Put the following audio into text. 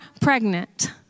pregnant